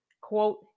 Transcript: Quote